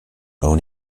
own